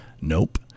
Nope